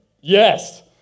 yes